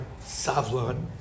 Savlon